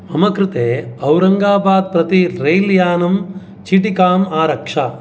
मम कृते औरङ्गाबाद् प्रति रेल् यानं चीटिकाम् आरक्ष